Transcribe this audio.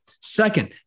Second